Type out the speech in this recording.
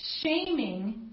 shaming